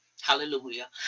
Hallelujah